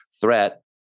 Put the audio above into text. threat